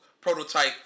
prototype